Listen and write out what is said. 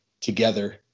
together